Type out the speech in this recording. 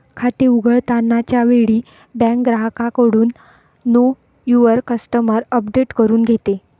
खाते उघडताना च्या वेळी बँक ग्राहकाकडून नो युवर कस्टमर अपडेट करून घेते